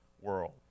world